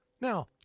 now